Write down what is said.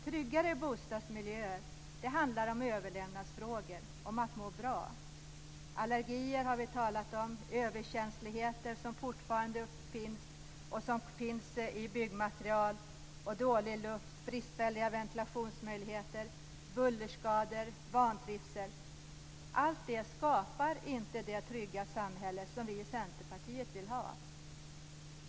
Tryggare bostadsmiljöer handlar om överlevnadsfrågor, om att må bra. Allergier, som vi har talat om, överkänslighet mot olika ämnen som fortfarande finns i byggmaterial, dålig luft, bristfälliga ventilationsmöjligheter, bullerskador och vantrivsel skapar inte det trygga samhälle som vi i Centerpartiet vill ha.